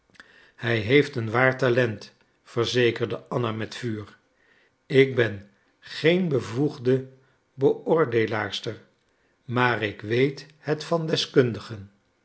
hij heeft een waar talent verzekerde anna met vuur ik ben geen bevoegde beoordeelaarster maar ik weet het van deskundigen